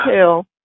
tell